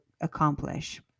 accomplish